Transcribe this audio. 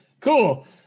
Cool